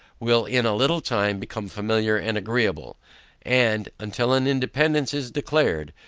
will in a little time become familiar and agreeable and, until an independance is declared,